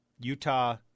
Utah